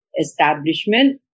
establishment